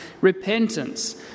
repentance